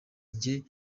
njye